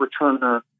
returner